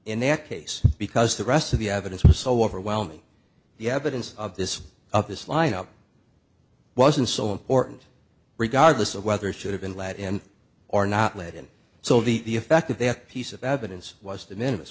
in that case because the rest of the evidence was so overwhelming the evidence of this up this line up wasn't so important regardless of whether it should have been let in or not led and so the fact that they have a piece of evidence was diminish